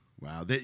Wow